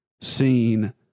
seen